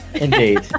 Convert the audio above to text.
indeed